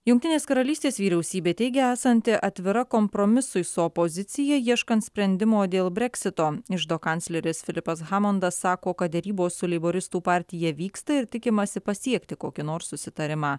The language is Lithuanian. jungtinės karalystės vyriausybė teigia esanti atvira kompromisui su opozicija ieškant sprendimo dėl breksito iždo kancleris filipas hamondas sako kad derybos su leiboristų partija vyksta ir tikimasi pasiekti kokį nors susitarimą